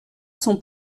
son